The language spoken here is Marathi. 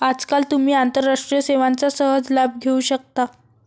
आजकाल तुम्ही आंतरराष्ट्रीय सेवांचा सहज लाभ घेऊ शकता